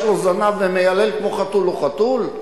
יש לו זנב ומיילל כמו חתול הוא חתול?